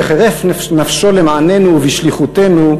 שחירף נפשו למעננו ובשליחותנו,